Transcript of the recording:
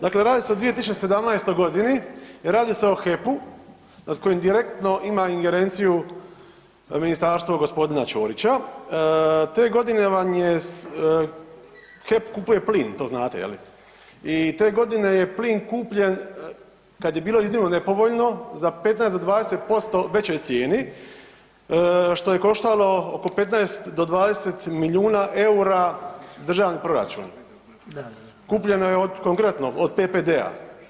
Dakle, radi se o 2017. godini, radi se o HEP-u nad kojim direktno ima ingerenciju ministarstvo gospodina Ćorića, te godine vam je, HEP kupuje plin, to znate je li i te godine je plin kupljen kad je bilo iznimno nepovoljno za 15 do 20% većoj cijeni što je koštalo oko 15 do 20 milijuna EUR-a državni proračun, kupljeno je konkretno od TPD-a.